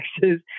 Texas